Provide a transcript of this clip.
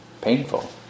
painful